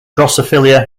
drosophila